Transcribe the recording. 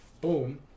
boom